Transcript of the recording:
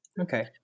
Okay